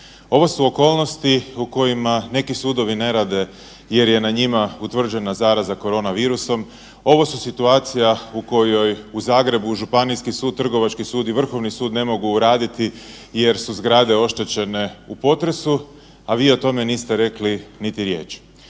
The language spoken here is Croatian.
Ovo su okolnosti u kojima neki sudovi ne rade jer je na njima utvrđena zaraza korona virusom ovo su situacije u kojoj u Zagrebu Županijski sud, Trgovački sud i Vrhovni sud ne mogu raditi jer su zgrade oštećene u potresu, a vi o tome niste rekli niti riječi.